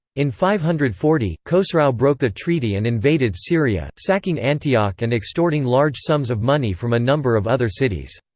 in five hundred and forty, khosrau broke the treaty and invaded syria, sacking antioch and extorting large sums of money from a number of other cities.